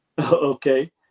okay